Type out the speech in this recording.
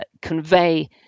convey